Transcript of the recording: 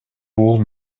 бул